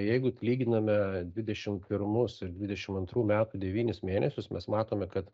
jeigu lyginame dvidešim pirmus ir dvidešim antrų metų devynis mėnesius mes matome kad